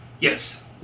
yes